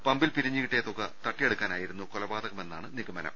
പമ്പിൽ പിരിഞ്ഞുകിട്ടിയ തുക തട്ടിയെടുക്കാനായിരുന്നു കൊലപാതകമെ ന്നാണ് നിഗമനം